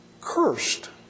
Cursed